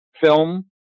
film